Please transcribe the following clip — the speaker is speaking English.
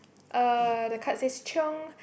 uh the card says choing